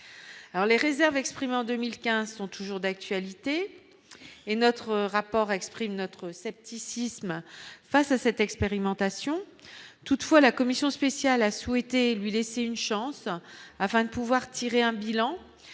les réserves exprimées en 2015 sont toujours d'actualité et notre rapport exprime notre scepticisme face à cette expérimentation, toutefois, la commission spéciale a souhaité lui laisser une chance afin de pouvoir tirer un bilan,